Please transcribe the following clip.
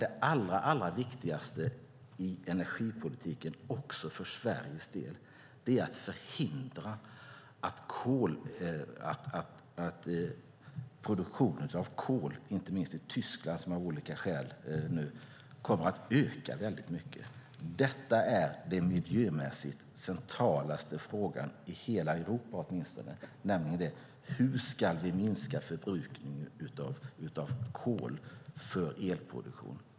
Det allra viktigaste i energipolitiken också för Sveriges del är att förhindra att produktionen av kol ökar, inte minst i Tyskland där den av olika skäl kommer att öka väldigt mycket. Detta är den miljömässigt mest centrala frågan i hela Europa. Hur ska vi minska förbrukningen av kol för elproduktion?